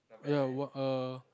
ya what err